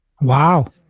Wow